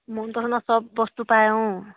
মন পছন্দৰ সব বস্তু পায় অঁ